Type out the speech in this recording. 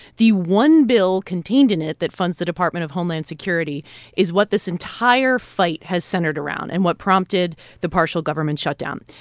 the one bill contained in it that funds the department of homeland security is what this entire fight has centered around and what prompted the partial government shutdown.